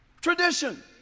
Tradition